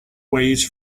wave